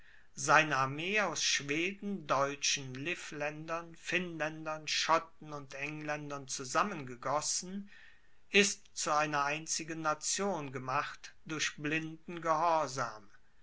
seine armee aus schweden deutschen livländern finnländern schotten und engländern zusammengegossen ist zu einer einzigen nation gemacht durch blinden gehorsam